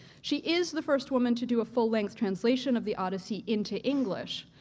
she is the first woman to do a full-length translation of the odyssey into english,